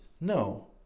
No